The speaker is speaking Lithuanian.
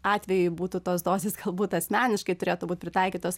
atvejui būtų tos dozės galbūt asmeniškai turėtų būt pritaikytos